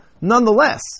Nonetheless